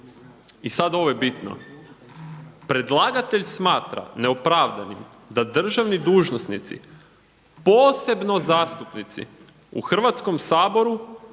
I sad ovo je bitno: Predlagatelj smatra neopravdanim da državni dužnosnici posebno zastupnici u Hrvatskom saboru